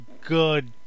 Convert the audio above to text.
good